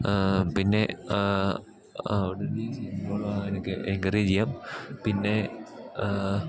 പിന്നെ എൻകറേജ ചെയ്യാം പിന്നെ